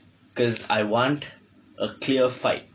cause I want a clear fight